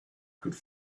could